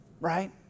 Right